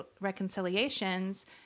reconciliations